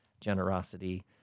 generosity